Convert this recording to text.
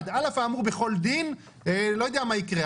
'על אף האמור בכל דין' לא יודע מה יקרה,